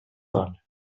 dona